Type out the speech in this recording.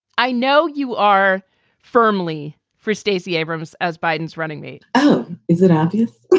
i know you are firmly for stacey abrams as biden's running mate. oh. is it obvious? yeah.